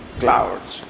clouds